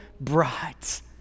brides